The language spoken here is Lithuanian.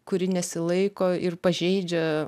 kuri nesilaiko ir pažeidžia